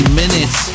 minutes